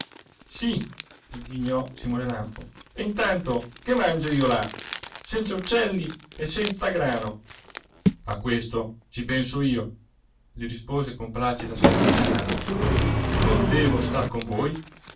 sì sghignò simone lampo e intanto che mangio io là senza uccelli e senza grano a questo ci penso io gli rispose con placida serietà nàzzaro non devo star con voi